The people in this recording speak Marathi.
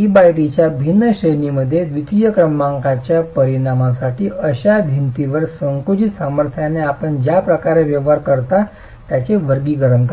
e t च्या भिन्न श्रेणींमध्ये द्वितीय क्रमांकाच्या परिणामासाठी अशा भिंतींवर संकुचित सामर्थ्याने आपण ज्या प्रकारे व्यवहार करता त्याचे वर्गीकरण करणे